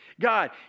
God